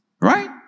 Right